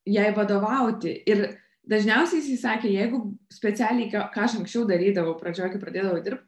jai vadovauti ir dažniausiai jisai sakė jeigu specialiai ką ką anksčiau darydavau pradžioj kai pradėdavau dirbt